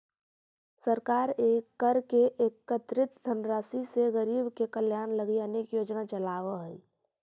सरकार कर से एकत्रित धनराशि से गरीब के कल्याण लगी अनेक योजना चलावऽ हई